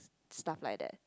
stuff like that